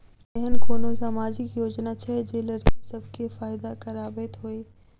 की एहेन कोनो सामाजिक योजना छै जे लड़की सब केँ फैदा कराबैत होइ?